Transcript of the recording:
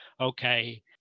okay